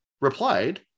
replied